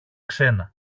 ξένα